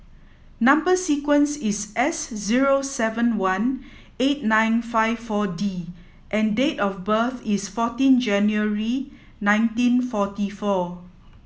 number sequence is S zero seven one eight nine five four D and date of birth is fourteen January nineteen forty four